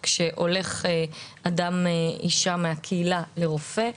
כאשר הולך אדם מהקהילה לרופא,